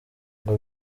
ngo